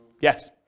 Yes